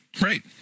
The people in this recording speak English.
right